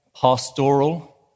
pastoral